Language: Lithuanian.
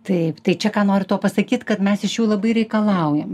taip tai čia ką noriu tuo pasakyt kad mes iš jų labai reikalaujam